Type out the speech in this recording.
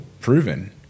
proven